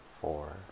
four